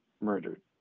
murdered